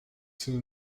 two